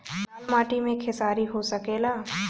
लाल माटी मे खेसारी हो सकेला?